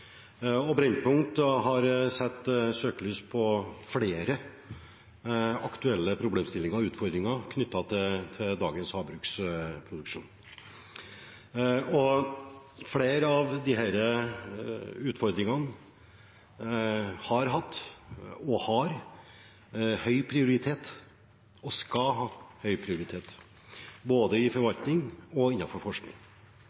Brennpunkt har satt søkelys på flere aktuelle problemstillinger og utfordringer knyttet til dagens havbruksproduksjon. Flere av disse utfordringene har hatt, og har, høy prioritet, og skal ha høy prioritet, både i